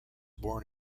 born